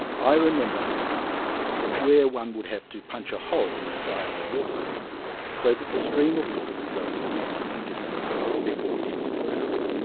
i remember his asking where one would have to punch a hole in the side of a water tank so that the stream of water will go the maximum distance before it hits the ground.